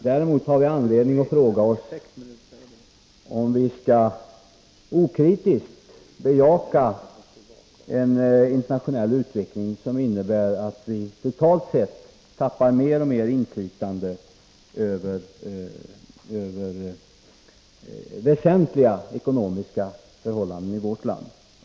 Däremot har vi anledning att fråga oss om vi skall okritiskt bejaka en internationell utveckling som innebär att vi totalt sett tappar mer och mer inflytande över väsentliga ekonomiska förhållanden i vårt land.